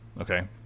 Okay